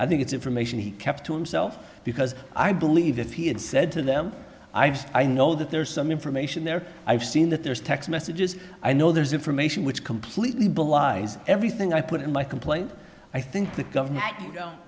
i think it's information he kept to himself because i believe if he had said to them i just i know that there's some information there i've seen that there's text messages i know there's information which completely belies everything i put in my complaint i think the government